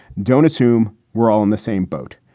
don't assume we're all in the same boat.